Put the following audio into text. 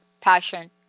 passion